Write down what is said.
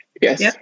yes